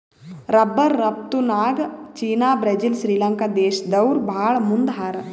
rubber ರಫ್ತುನ್ಯಾಗ್ China Brazil Sri Lanka ದೇಶ್ದವ್ರು ಭಾಳ್ ಮುಂದ್ ಹಾರ